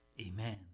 Amen